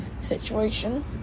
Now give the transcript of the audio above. situation